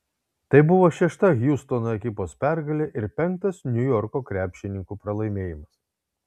tai buvo šešta hjustono ekipos pergalė ir penktas niujorko krepšininkų pralaimėjimas